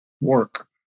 work